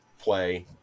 play